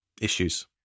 issues